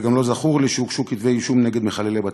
וגם לא זכור לי שהוגשו כתבי-אישום נגד מחללי בתי-כנסת.